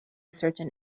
surgeon